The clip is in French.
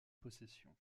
possessions